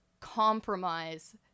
compromise